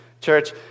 Church